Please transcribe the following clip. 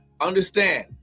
Understand